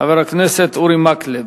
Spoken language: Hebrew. חבר הכנסת אורי מקלב.